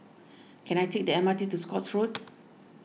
can I take the M R T to Scotts Road